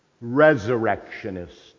resurrectionist